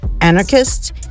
anarchists